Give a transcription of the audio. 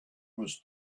was